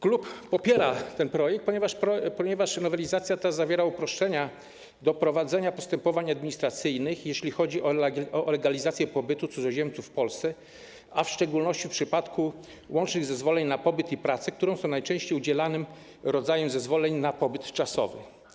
Klub popiera ten projekt, ponieważ nowelizacja ta zawiera uproszczenia dotyczące prowadzenia postępowań administracyjnych, jeśli chodzi o legalizację pobytu cudzoziemców w Polsce, w szczególności w przypadku łącznych zezwoleń na pobyt i pracę, które są najczęściej udzielanym rodzajem zezwoleń na pobyt czasowy.